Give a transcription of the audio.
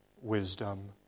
wisdom